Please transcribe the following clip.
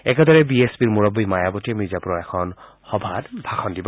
একেদৰে B S পিৰ মুৰববী মায়াৱতীয়ে মিৰ্জাপুৰৰ এখন সভাত ভাষন দিব